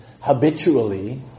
habitually